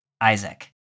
Isaac